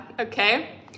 okay